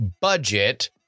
budget